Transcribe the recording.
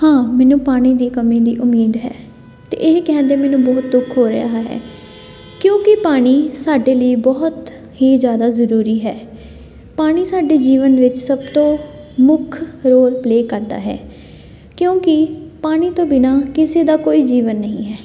ਹਾਂ ਮੈਨੂੰ ਪਾਣੀ ਦੀ ਕਮੀ ਦੀ ਉਮੀਦ ਹੈ ਅਤੇ ਇਹ ਕਹਿੰਦੇ ਮੈਨੂੰ ਬਹੁਤ ਦੁੱਖ ਹੋ ਰਿਹਾ ਹੈ ਕਿਉਂਕਿ ਪਾਣੀ ਸਾਡੇ ਲਈ ਬਹੁਤ ਹੀ ਜ਼ਿਆਦਾ ਜ਼ਰੂਰੀ ਹੈ ਪਾਣੀ ਸਾਡੇ ਜੀਵਨ ਵਿੱਚ ਸਭ ਤੋਂ ਮੁੱਖ ਰੋਲ ਪਲੇਅ ਕਰਦਾ ਹੈ ਕਿਉਂਕਿ ਪਾਣੀ ਤੋਂ ਬਿਨਾਂ ਕਿਸੇ ਦਾ ਕੋਈ ਜੀਵਨ ਨਹੀਂ ਹੈ